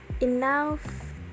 Enough